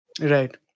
Right